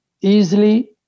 easily